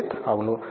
రంజిత్ అవును